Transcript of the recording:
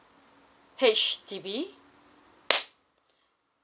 H_D_B